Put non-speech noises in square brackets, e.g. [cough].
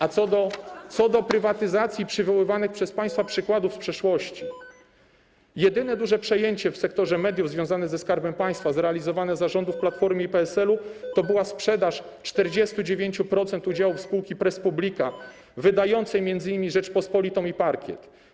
A co do prywatyzacji i przywoływanych przez państwa przykładów [noise] z przeszłości - jedyne duże przejęcie w sektorze mediów związane ze Skarbem Państwa i zrealizowane za rządów Platformy i PSL-u to była sprzedaż 49% udziałów spółki Presspublica wydającej m.in. „Rzeczpospolitą” i „Parkiet”